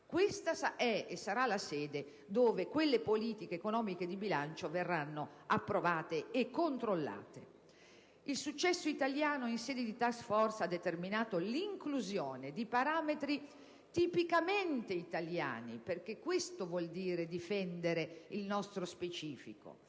questa è e sarà la sede dove quelle politiche economiche e di bilancio verranno approvate e controllate. Il successo italiano in sede di *task force* ha determinato l'inclusione di parametri tipicamente italiani, perché questo vuol dire difendere il nostro specifico: